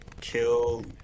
kill